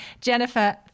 Jennifer